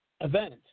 event